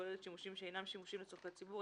כוללת שימושים שאינם שימושים לצורכי ציבור,